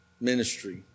ministry